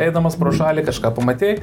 eidamas pro šalį kažką pamatei